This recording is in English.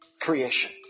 creation